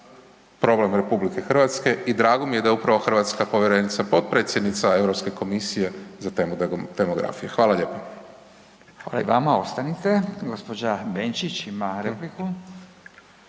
problem RH i drago mi je da je upravo hrvatska povjerenica potpredsjednica Europske komisije za temu demografije. Hvala lijepo. **Radin, Furio (Nezavisni)** Hvala i vama, ostanite, gospođa Benčić ima repliku.